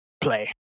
play